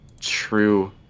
true